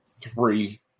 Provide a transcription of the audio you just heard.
three